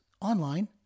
online